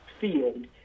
field